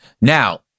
Now